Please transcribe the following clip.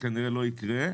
וזה כנראה לא יקרה,